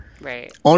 Right